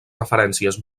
referències